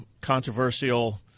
controversial